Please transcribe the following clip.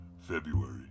February